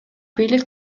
бийлик